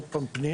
עוד פעם פנייה,